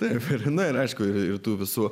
taip ir na ir aišku ir tų visų